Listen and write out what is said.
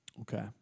Okay